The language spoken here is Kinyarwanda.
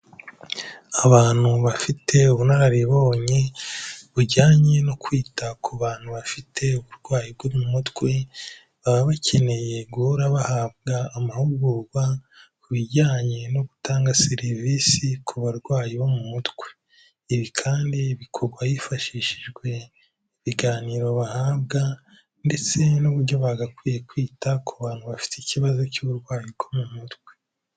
Abantu bafite ubunararibonye bujyanye no kwita ku bantu bafite uburwayi bwo mu mutwe baba bakeneye guhora bahabwa amahugurwa ku bijyanye no gutanga serivisi ku barwayi bo mu mutwe, ibi kandi bikorwa hifashishijwe ibiganiro bahabwa ndetse n'uburyo bagakwiye kwita ku bantu bafite ikibazo cy'uburwayi bwo mu mutwe.